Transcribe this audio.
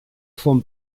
font